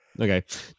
Okay